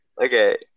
Okay